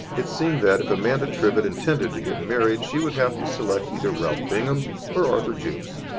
it seemed that, if amanda trivett intended to get married, she would have to select either ralph bingham or arthur jukes.